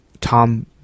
Tom